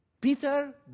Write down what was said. Peter